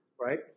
right